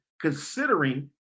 considering